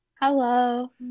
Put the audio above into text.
Hello